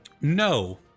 no